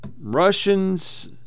Russians